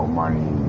money